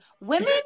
women